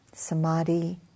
Samadhi